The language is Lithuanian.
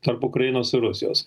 tarp ukrainos ir rusijos